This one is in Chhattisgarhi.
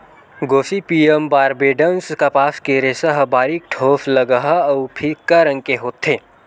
गोसिपीयम बारबेडॅन्स कपास के रेसा ह बारीक, ठोसलगहा अउ फीक्का रंग के होथे